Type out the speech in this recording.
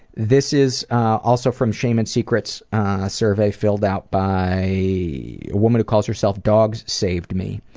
this is also from shame and secrets survey, filled out by a woman who calls herself dogs saved me.